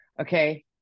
okay